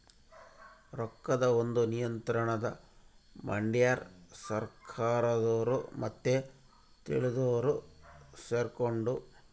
ರೊಕ್ಕದ್ ಒಂದ್ ನಿಯಂತ್ರಣ ಮಡ್ಯಾರ್ ಸರ್ಕಾರದೊರು ಮತ್ತೆ ತಿಳ್ದೊರು ಸೆರ್ಕೊಂಡು